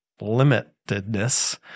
limitedness